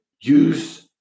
Use